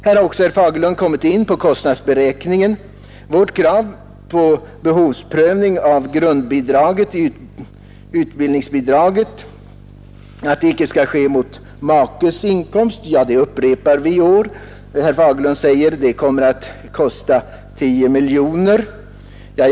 Herr Fagerlund har också kommit in på kostnadsberäkningen när det gäller vårt krav på att behovsprövning av utbildningsbidraget icke skall ske mot makes inkomst. Herr Fagerlund säger att detta skulle kosta 10 miljoner kronor.